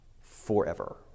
forever